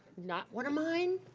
not one of mine,